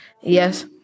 Yes